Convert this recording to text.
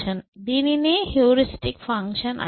దీనినే హెరిస్టిక్ ఫంక్షన్అంటాము